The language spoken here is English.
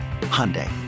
Hyundai